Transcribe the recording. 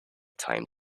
time